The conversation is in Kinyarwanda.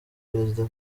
perezida